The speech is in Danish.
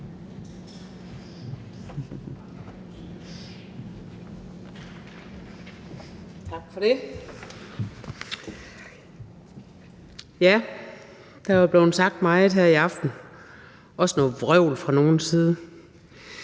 Tak for det. Der er blevet sagt meget her i aften – også noget vrøvl fra nogles side.